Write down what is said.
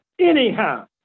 anyhow